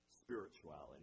spirituality